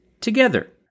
together